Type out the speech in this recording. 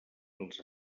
els